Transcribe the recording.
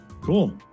Cool